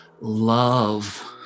love